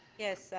yes.